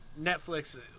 Netflix